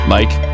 Mike